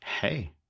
hey